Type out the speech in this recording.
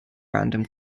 random